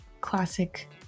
classic